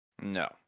No